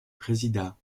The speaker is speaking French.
présida